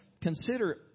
Consider